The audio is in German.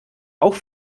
auch